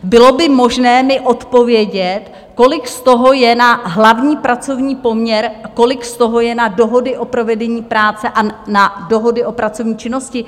Bylo by možné mi odpovědět, kolik z toho je na hlavní pracovní poměr, kolik z toho je na dohody o provedení práce a na dohody o pracovní činnosti?